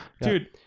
dude